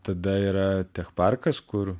tada yra tech parkas kur